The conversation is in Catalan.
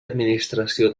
administració